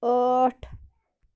ٲٹھ